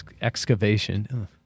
excavation